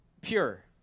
pure